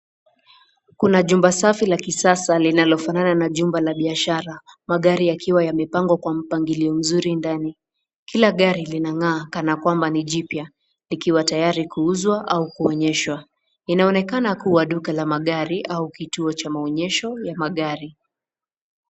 Kuna jumba safi la kisasa linalofanana na jumba la biashara, magari yakiwa yamepangwa kwa mpangilio mzuri ndani ,kila gari linang'aa kana kwamba ni jipya likiwa tayari kuuzwa au kuonyeshwa, linaonekana kuwa duka la magari au kituo cha maonyesho ya magari.